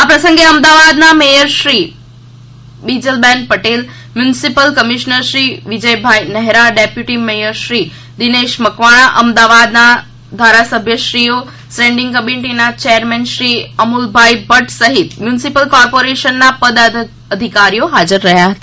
આ પ્રસંગે અમદાવાદના mayor Shrimati Bijalben Patel municipal કમિશનરશ્રી વિજયભાઈ નહેરા ડેપ્યુટી મેયર શ્રી દિનેશ મકવાણ અમદાવાદના ધારાસભ્યશ્રીઓ સ્ટેન્ડિંગ કમિટીના ચેરમેનશ્રી અમૂલભાઈ ભદ્દ સહિત મ્યુનિસિપલ કોર્પોરેશનના પદાધિકારીઓ હાજર રહ્યા હતા